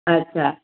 अच्छा